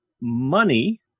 money